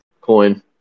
coin